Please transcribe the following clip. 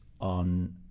on